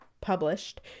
published